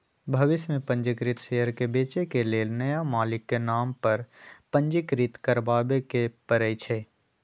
भविष में पंजीकृत शेयर के बेचे के लेल नया मालिक के नाम पर पंजीकृत करबाबेके परै छै